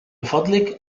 فضلك